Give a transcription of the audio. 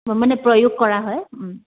মানে প্ৰয়োগ কৰা হয়